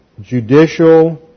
judicial